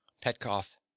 petkoff